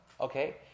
okay